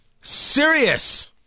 serious